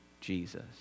Jesus